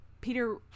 Peter